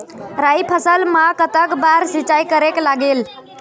राई फसल मा कतक बार सिचाई करेक लागेल?